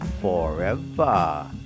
forever